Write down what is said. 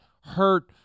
hurt